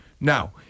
Now